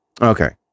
Okay